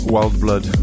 Wildblood